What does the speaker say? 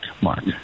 Mark